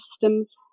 systems